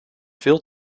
veel